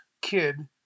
kid